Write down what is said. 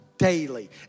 daily